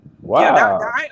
Wow